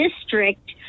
district